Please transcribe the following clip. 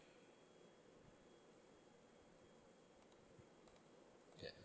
yeah